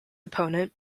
opponent